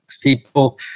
people